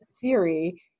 theory